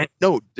no